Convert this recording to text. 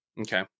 okay